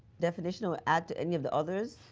definition? or add to any of the others?